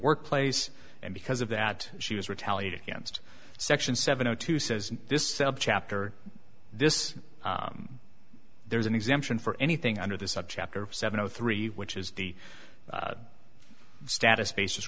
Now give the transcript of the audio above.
workplace and because of that she was retaliated against section seven zero two says this chapter this there's an exemption for anything under this subchapter seven o three which is the status basis